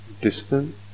distant